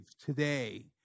today